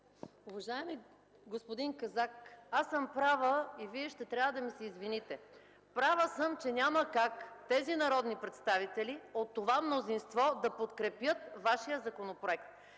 Уважаеми господин Казак, аз съм права и Вие ще трябва да ми се извините. Права съм, че няма как тези народни представители от това мнозинство да подкрепят Вашия законопроект.